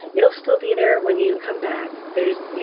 it'll still be there when you come back. there's you